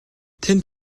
тэнд